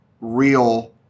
real